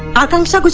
akansha?